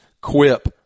Quip